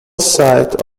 site